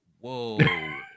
whoa